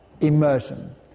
immersion